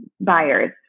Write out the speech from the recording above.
buyers